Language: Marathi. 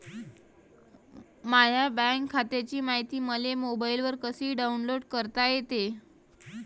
माह्या बँक खात्याची मायती मले मोबाईलवर कसी डाऊनलोड करता येते?